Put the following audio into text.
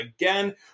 again